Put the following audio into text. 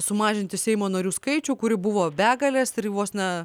sumažinti seimo narių skaičių kurių buvo begalės ir vos ne